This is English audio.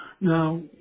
Now